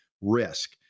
Risk